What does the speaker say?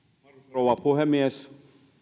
rouva puhemies